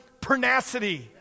pernacity